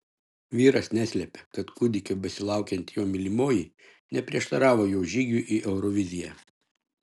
vyras neslėpė kad kūdikio besilaukianti jo mylimoji neprieštaravo jo žygiui į euroviziją